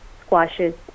squashes